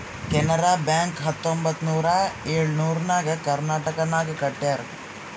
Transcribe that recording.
Canara bank ಹತ್ತೊಂಬತ್ತ್ ನೂರಾ ಎಳುರ್ನಾಗ್ ಕರ್ನಾಟಕನಾಗ್ ಕಟ್ಯಾರ್